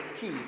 key